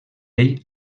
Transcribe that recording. ell